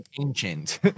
ancient